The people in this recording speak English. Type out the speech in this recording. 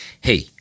Hey